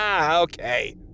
Okay